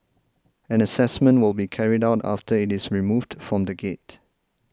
an assessment will be carried out after it is removed from the gate